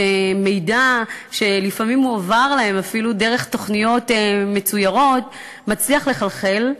שלפעמים מידע שמועבר להם אפילו דרך תוכניות מצוירות מצליח לחלחל,